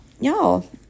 Y'all